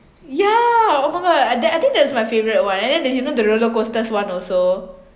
yeah oh my god I th~ I think that's my favorite one and then there's you know the roller coasters one also